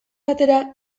batera